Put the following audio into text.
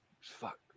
Fuck